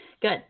good